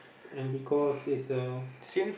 and because is a